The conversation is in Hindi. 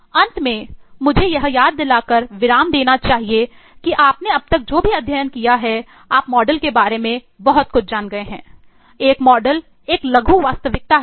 अंत में मुझे यह याद दिलाकर विराम देना चाहिए कि आपने अब तक जो भी अध्ययन किया है आप मॉडल के बारे में बहुत कुछ जान गए हैं